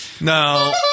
No